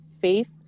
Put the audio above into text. faith